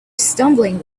stumbling